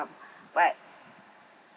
but